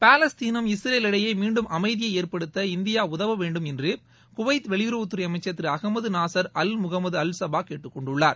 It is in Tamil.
பாலஸ்தீனம் இஸ்ரேல் இடையே மீன்டும் அமைதியை ஏற்படுத்த இந்தியா உதவ வேண்டும் என்று குவைத் வெளியுறவுத்துறை அமைச்சர் திரு Ahmed Nasser Al Mohammed Al Sabah கேட்டுக்கொண்டுள்ளார்